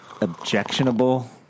Objectionable